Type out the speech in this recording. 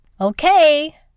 Okay